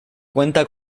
cuenta